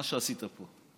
מה שעשית פה.